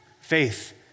Faith